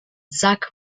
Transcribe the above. zach